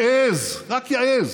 חוקי.